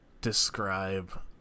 describe